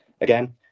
Again